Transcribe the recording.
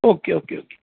okay okay okay